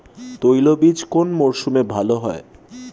তৈলবীজ কোন মরশুমে ভাল হয়?